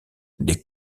des